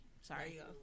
Sorry